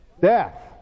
death